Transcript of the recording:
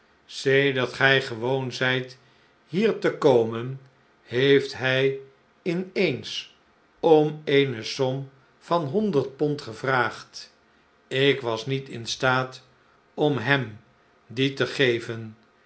sedert gij gewoon zijt hier te komen heeft hij in eens om eene som van honderd pond gevraagd ik was niet in staat om hem die te geven